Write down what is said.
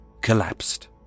collapsed